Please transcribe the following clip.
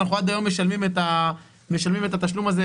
אנחנו עד היום משלמים את התשלום הזה,